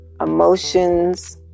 emotions